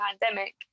pandemic